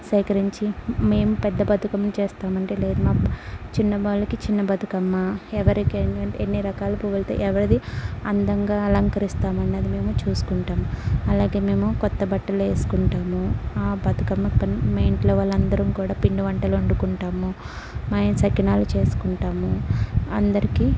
సేకరించి మేము పెద్ద బతుకమ్మ చేస్తామండి లేదు మాకు చిన్న వాళ్ళకి చిన్న బతుకమ్మ ఎవరికైనా ఎన్ని రకాలుగా పువ్వులు తే ఎవరిది అందంగా అలంకరిస్తామన్నది మేము చూసుకుంటాం అలాగే మేము కొత్త బట్టలేసుకుంటాము బతుకమ్మకి మీ ఇంట్లో వాళ్ళందరం కూడా పిండి వంటలు వండుకుంటాము మాయ సకినాలు చేసుకుంటాము అందరికీ